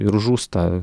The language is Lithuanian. ir žūsta